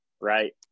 right